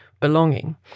belonging